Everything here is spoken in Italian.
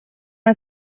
una